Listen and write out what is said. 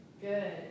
Good